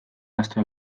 ahaztu